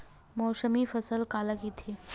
मौसमी फसल काला कइथे?